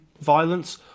violence